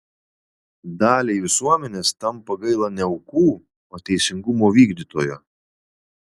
daliai visuomenės tampa gaila ne aukų o teisingumo vykdytojo